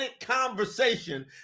conversation